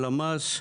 הלמ"ס,